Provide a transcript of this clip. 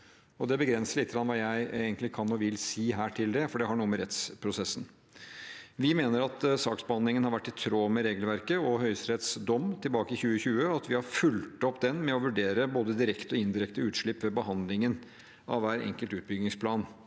Det begrenser litt hva jeg egentlig kan og vil si her til det, for det har noe med rettsprosessen å gjøre. Vi mener at saksbehandlingen har vært i tråd med regelverket og Høyesteretts dom tilbake i 2020, og at vi har fulgt opp den ved å vurdere både direkte og indirekte utslipp ved behandlingen av hver enkelt utbyggingsplan.